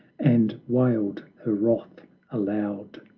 and wailed her wrath aloud!